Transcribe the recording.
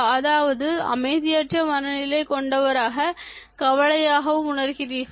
அதாவது அமைதியற்ற மனநிலை கொண்டவராக கவலையாகவும் உணர்கிறீர்களா